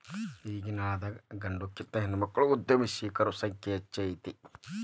ಈಗಿನ್ಕಾಲದಾಗ್ ಗಂಡ್ಮಕ್ಳಿಗಿಂತಾ ಹೆಣ್ಮಕ್ಳ ಉದ್ಯಮಶೇಲರ ಸಂಖ್ಯೆ ಹೆಚ್ಗಿ ಐತಿ